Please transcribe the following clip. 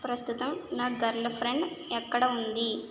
ప్రస్తుతం నా గర్ల్ఫ్రెండ్ ఎక్కడ ఉంది